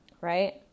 right